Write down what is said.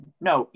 No